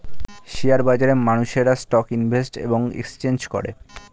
share বাজারে মানুষেরা stock invest এবং এক্সচেঞ্জ করে